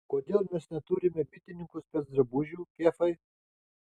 kodėl mes neturime bitininkų specdrabužių kefai